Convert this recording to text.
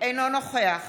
אינו נוכח